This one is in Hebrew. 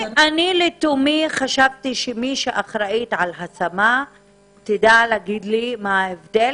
אני לתומי חשבתי שמי שאחראית על השמה תדע להגיד לי מה ההבדל,